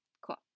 Cool